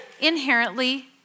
inherently